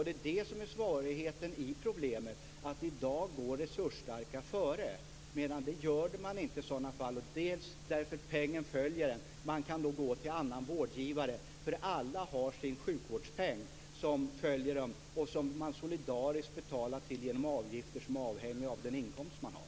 Det är det som är svårigheten: I dag går resursstarka före. Det gör de inte med vårt förslag, eftersom pengen följer en och man då kan gå till annan vårdgivare. Alla har sin sjukvårdspeng som följer en och som man solidariskt betalar till genom avgifter som är avhängiga av den inkomst man har.